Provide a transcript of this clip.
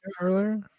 earlier